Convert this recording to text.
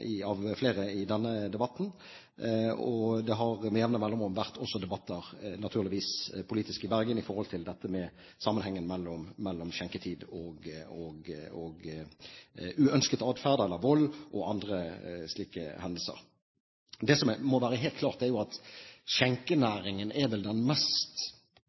Bergen av flere i denne debatten. Det har med jevne mellomrom naturligvis også vært politiske debatter i Bergen om sammenhengen mellom skjenketid og uønsket adferd eller vold og andre slike hendelser. Det som må være helt klart, er at skjenkenæringen er vel den mest